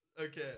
Okay